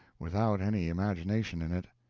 without any imagination in it.